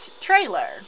trailer